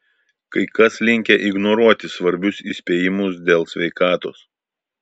kai kas linkę ignorinti svarbius įspėjimus dėl sveikatos